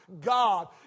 God